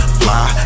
fly